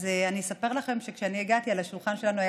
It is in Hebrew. אז אני אספר לכם שכשהגעתי על השולחן שלנו היו